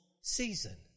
season